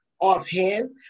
offhand